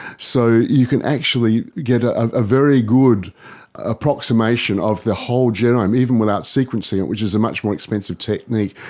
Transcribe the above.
so you can actually get a very good approximation of the whole genome, even without sequencing it, which is a much more expensive technique,